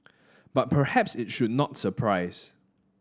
but perhaps it should not surprise